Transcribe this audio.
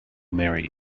marry